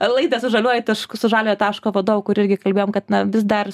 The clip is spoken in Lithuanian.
laidą su žaliuoju tašku su žaliojo taško vadovu kur irgi kalbėjome kad na dar